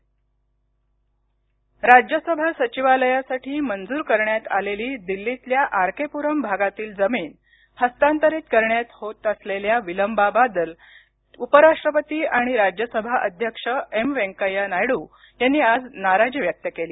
उपराष्ट्रपती राज्यसभा सचिवालयासाठी मंजूर करण्यात आलेली दिल्लीतल्या आर के पुरम भागातली जमीन हस्तांतरित करण्यात होत असलेल्या विलंबाबद्दल उपराष्ट्रपती आणि राज्यसभा अध्यक्ष एम व्यंकय्या नायडू यांनी आज नाराजी व्यक्त केली